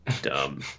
dumb